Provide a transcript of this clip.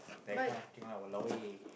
that kind of thing lah !walao! eh